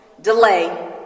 delay